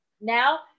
Now